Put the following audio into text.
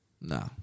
No